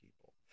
people